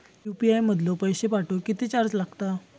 UPI मधलो पैसो पाठवुक किती चार्ज लागात?